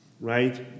right